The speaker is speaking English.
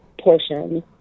portion